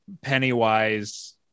Pennywise